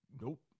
Nope